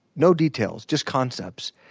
no details just concepts.